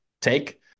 take